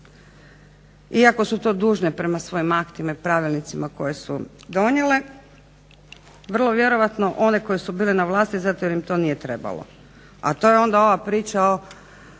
iako su to dužne prema svojim aktima i pravilnicima koje su donijele. Vrlo vjerojatno one koje su bile na vlasti zato jer im to nije trebalo. A to je onda ova priča o